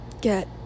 get